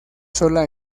sola